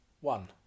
One